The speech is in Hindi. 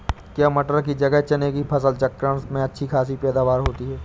क्या मटर की जगह चने की फसल चक्रण में अच्छी खासी पैदावार होती है?